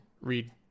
read